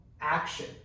action